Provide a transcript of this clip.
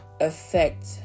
affect